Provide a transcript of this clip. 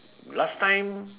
last time